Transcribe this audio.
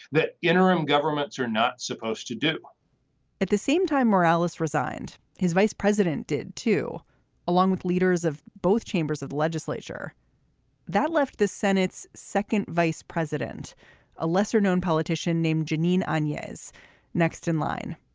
that interim governments are not supposed to do at the same time morales resigned his vice president did to along with leaders of both chambers of legislature that left the senate's second vice president a lesser known politician named janine yeah is next in line.